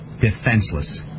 defenseless